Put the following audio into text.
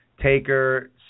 Taker